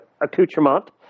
accoutrement